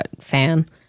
fan